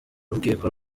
rukiko